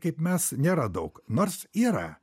kaip mes nėra daug nors yra